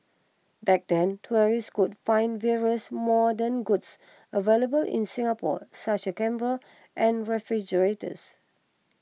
back then tourists could find various modern goods available in Singapore such cameras and refrigerators